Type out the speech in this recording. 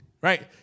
right